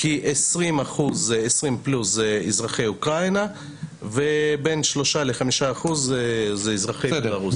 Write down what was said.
כ-20% פלוס זה אזרחי אוקראינה ובין 3% ל-5% זה אזרחי בלרוס.